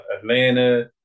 Atlanta